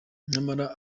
nyamara